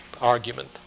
argument